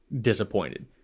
disappointed